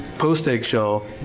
post-eggshell